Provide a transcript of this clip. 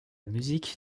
musique